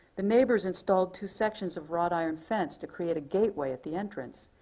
the neighbors installed two sections of wrought iron fence to create a gateway at the entrance.